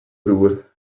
ddŵr